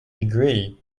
agree